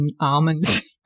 almonds